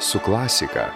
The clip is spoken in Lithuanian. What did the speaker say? su klasika